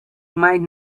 might